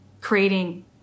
creating